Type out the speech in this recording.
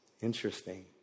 interesting